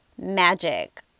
magic